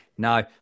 No